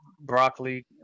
broccoli